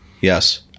Yes